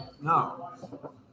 No